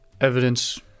evidence